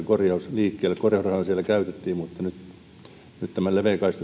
liikkeelle korjausrahaahan siellä käytettiin mutta nyt tähän leveäkaistatiehen joka on